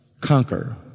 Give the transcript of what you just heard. Conquer